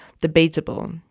debatable